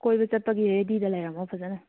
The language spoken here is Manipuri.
ꯀꯣꯏꯕ ꯆꯠꯄꯒꯤ ꯔꯦꯗꯤꯗ ꯂꯩꯔꯝꯃꯣ ꯐꯖꯅ